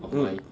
mm